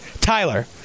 Tyler